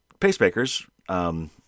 pacemakers